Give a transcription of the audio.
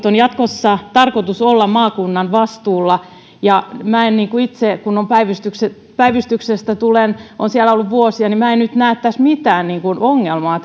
on jatkossa tarkoitus olla maakunnan vastuulla ja en itse kun päivystyksestä tulen ja olen siellä ollut vuosia nyt näe tässä esityksessä mitään ongelmaa